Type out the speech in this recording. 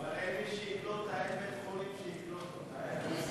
אין בית-חולים שיקלוט אותה.